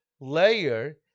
layer